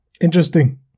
interesting